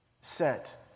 set